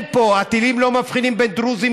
הטילים לא מבחינים בין דרוזים,